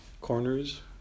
corners